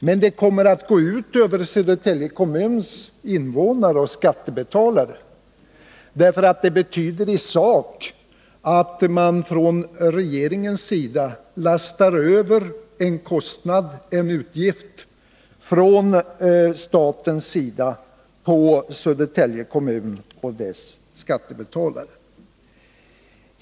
Men det kommer att gå ut över Södertälje kommuns invånare och skattebetalare. I sak betyder nämligen ställningstagandet att man från regeringens sida lastar över en kostnad från staten på Södertälje kommun och dess skattebetalare.